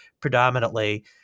predominantly